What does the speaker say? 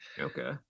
okay